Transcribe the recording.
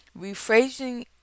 Rephrasing